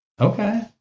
Okay